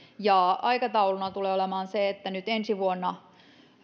aikatauluna tulee olemaan se että nyt ensi vuonna